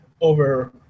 over